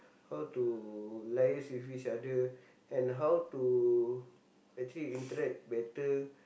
how to liaise with each other and how to actually interact better